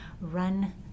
run